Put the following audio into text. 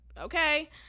okay